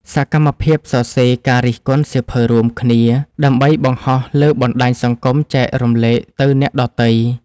សកម្មភាពសរសេរការរិះគន់សៀវភៅរួមគ្នា ដើម្បីបង្ហោះលើបណ្ដាញសង្គមចែករំលែកទៅអ្នកដទៃ។